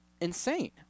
insane